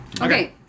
Okay